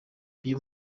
uyu